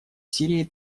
сирией